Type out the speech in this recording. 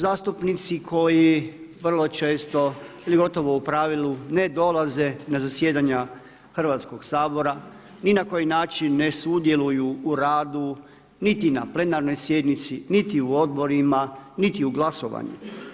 Zastupnici koji vrlo često ili gotovo u pravilu ne dolaze na zasjedanja Hrvatskog sabora, ni na koji način ne sudjeluju u radu niti na plenarnoj sjednici niti u odborima niti u glasovanju.